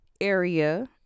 area